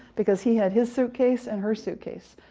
because he had his suitcase and her suitcase.